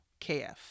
KF